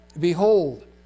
Behold